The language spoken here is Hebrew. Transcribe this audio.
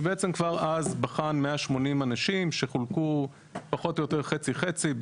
שבעצם כבר אז בחן 180 אנשים שחולקו פחות או יותר חצי חצי,